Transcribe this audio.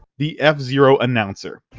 the f-zero announcer.